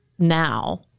Now